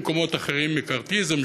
במקומות אחרים: "מקארתיזם",